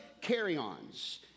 carry-ons